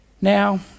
Now